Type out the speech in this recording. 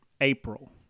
April